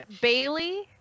Bailey